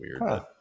weird